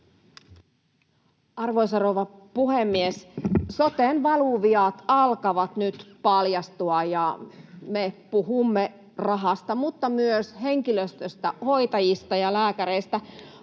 Arvoisa rouva puhemies! Soten valuviat alkavat nyt paljastua, me puhumme rahasta mutta myös henkilöstöstä, hoitajista ja lääkäreistä.